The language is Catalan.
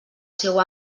seu